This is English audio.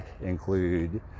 include